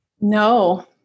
No